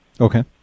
okay